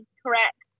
correct